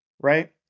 Right